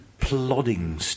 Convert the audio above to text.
plodding